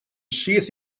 syth